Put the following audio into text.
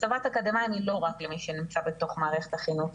הסבת אקדמאים היא לא רק למי שנמצא בתוך מערכת החינוך.